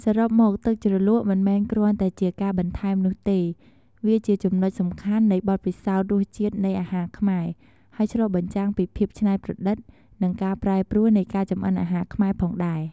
សរុបមក ទឹកជ្រលក់មិនមែនគ្រាន់តែជាការបន្ថែមនោះទេ វាជាចំណុចសំខាន់នៃបទពិសោធន៍រសជាតិនៃអាហារខ្មែរ ហើយឆ្លុះបញ្ចាំងពីភាពច្នៃប្រឌិត និងការប្រែប្រួលនៃការចម្អិនអាហារខ្មែរផងដែរ។